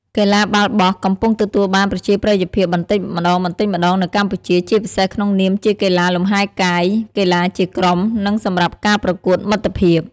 កីឡាបាល់បោះកំពុងទទួលបានប្រជាប្រិយភាពបន្តិចម្តងៗនៅកម្ពុជា ជាពិសេសក្នុងនាមជាកីឡាលំហែកាយ កីឡាជាក្រុម និងសម្រាប់ការប្រកួតមិត្តភាព។